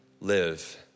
Live